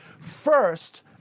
first